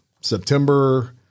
September